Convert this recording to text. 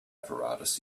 apparatus